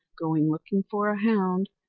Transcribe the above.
going looking for a hound,